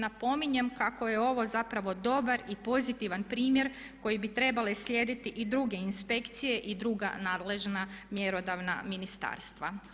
Napominjem kako je ovo zapravo dobar i pozitivan primjer koji bi trebale slijediti i druge inspekcije i druga nadležna mjerodavna ministarstva.